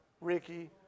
Ricky